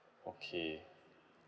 okay